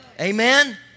Amen